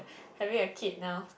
having a kid now